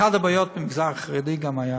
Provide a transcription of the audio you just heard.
אחת הבעיות במגזר החרדי הייתה